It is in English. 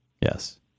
Yes